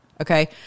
okay